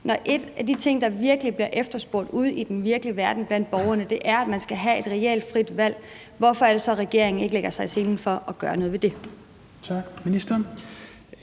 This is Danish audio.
Når en af de ting, der virkelig bliver efterspurgt ude i den virkelige verden blandt borgerne, er, at man skal have et reelt frit valg, hvorfor er det så, at regeringen ikke lægger sig i selen for at gøre noget ved det? Kl.